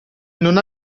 non